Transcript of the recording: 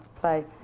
play